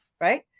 Right